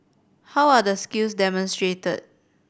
how are the skills demonstrated